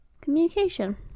communication